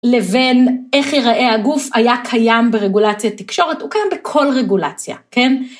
לבין איך ייראה הגוף היה קיים ברגולציית תקשורת, הוא קיים בכל רגולציה, כן?